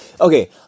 Okay